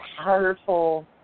powerful